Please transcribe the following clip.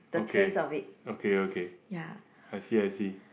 okay okay okay I see I see